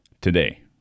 today